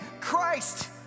Christ